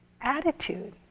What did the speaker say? attitude